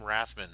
Rathman